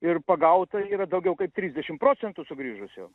ir pagauta yra daugiau kaip trisdešimt procentų sugrįžusių